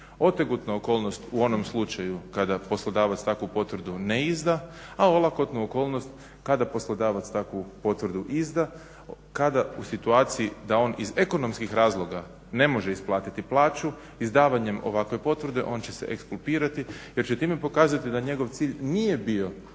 Otegotnu okolnost u onom slučaju kada poslodavac takvu potvrdu ne izda, a olakotnu okolnost kada poslodavac takvu potvrdu izda, kada u situaciji da on iz ekonomskih razloga ne može isplatiti plaću izdavanjem ovakve potvrde on će se ekskulpirati jer će time pokazati da njegov cilj nije bio